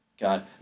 God